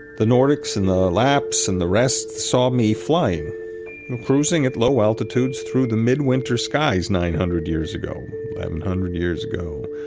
the nordics and the lap's and the rest saw me flying and cruising at low altitudes through the mid-winter skies nine hundred years ago, one hundred years ago